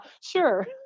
sure